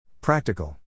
Practical